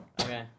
Okay